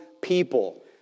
people